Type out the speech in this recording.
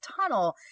tunnel